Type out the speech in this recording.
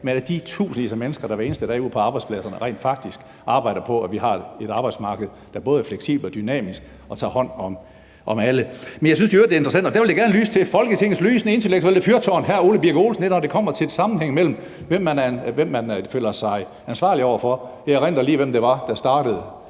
men af de tusindvis af mennesker, der hver eneste dag ude på arbejdspladserne rent faktisk arbejder på, at vi har et arbejdsmarked, der både er fleksibelt og dynamisk og tager hånd om alle. Jeg synes i øvrigt, at det er interessant, og der vil jeg gerne lyse på Folketingets lysende intellektuelle fyrtårn, hr. Ole Birk Olesen, når det kommer til, hvem man føler sig ansvarlig over for. Jeg erindrer lige, hvem det var, der startede